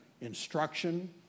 instruction